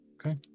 Okay